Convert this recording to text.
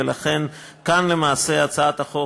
ולכן, כאן למעשה הצעת החוק